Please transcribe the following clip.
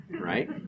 right